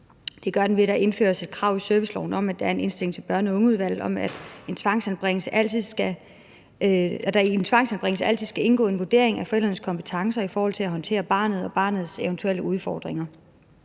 Det gøres, ved at der indføres et krav i serviceloven om, at der er en indstilling til børn og unge-udvalget om, at der i en tvangsanbringelse altid skal indgå en vurdering af forældrenes kompetencer i forhold til at håndtere barnet og barnets eventuelle udfordringer.